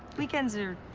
weekends are.